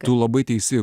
tu labai teisi